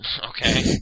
okay